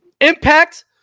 impact